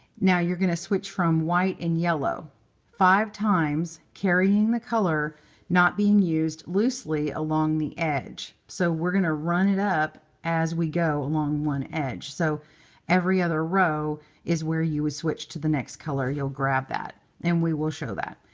now, you're going to switch from white and yellow five times carrying the color not being used loosely along the edge. so we're going to run it up as we go along one edge. so every other row is where you would switch to the next color. you'll grab that, and we will show that.